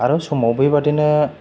आरो समाव बेबादिनो